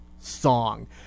song